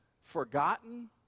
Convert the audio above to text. forgotten